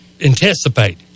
anticipate